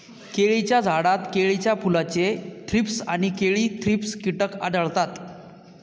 केळीच्या झाडात केळीच्या फुलाचे थ्रीप्स आणि केळी थ्रिप्स कीटक आढळतात